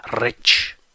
rich